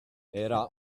era